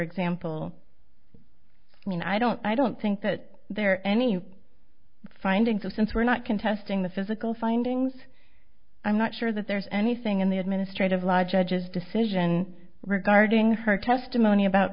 example i mean i don't i don't think that there are any findings that since we're not contesting the physical findings i'm not sure that there's anything in the administrative law judges decision regarding her testimony about